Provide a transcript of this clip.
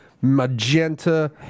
magenta